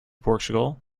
portugal